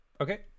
okay